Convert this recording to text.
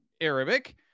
Arabic